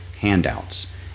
handouts